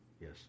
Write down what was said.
Yes